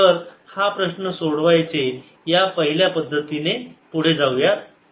तर हा प्रश्न सोडवायचा या पहिल्या पद्धतीत पुढे जाऊयात